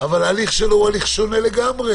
אבל ההליך שלו הוא הליך שונה לגמרי,